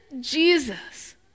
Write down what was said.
Jesus